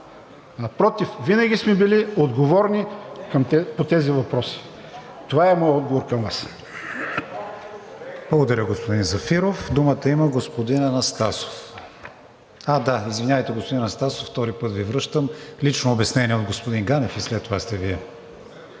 Напротив, винаги сме били отговорни по тези въпроси. Това е моят отговор към Вас.